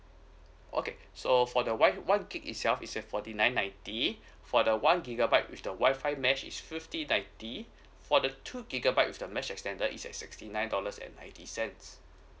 okay so for the one one G_B itself is a forty nine ninety four the one gigabyte with the wifi mesh is fifty ninety for the two gigabyte with the mesh extender is at sixty nine dollars and ninety cents